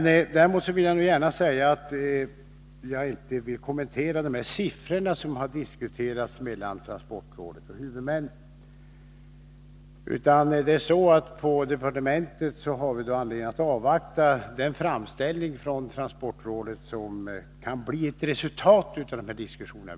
Däremot vill jag inte gärna Tisdagen den kommentera de sifferuppgifter som har diskuterats mellan transportrådet — 22 mars 1983 och huvudmännen. På departementet har vi anledning att avvakta den framställning från transportrådet som kan bli ett resultat av diskussionerna.